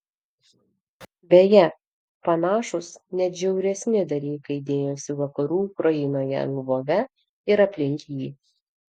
beje panašūs net žiauresni dalykai dėjosi vakarų ukrainoje lvove ir aplink jį